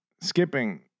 skipping